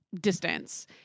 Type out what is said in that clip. distance